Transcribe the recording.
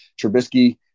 trubisky